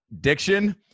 diction